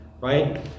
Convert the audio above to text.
right